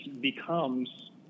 becomes